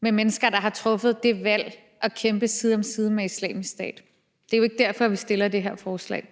med mennesker, der har truffet det valg at kæmpe side om side med Islamisk Stat. Det er jo ikke derfor, vi fremsætter det her forslag.